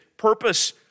purpose